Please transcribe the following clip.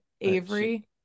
Avery